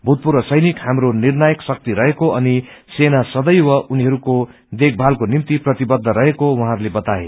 भूतपूर्व सेनिक हाम्रो निर्णायक शक्ति रहेको अनि सेना सदैव उनीहरूको देखभलको निम्ति प्रतिवद्ध रहेको उहाँहरूले बताए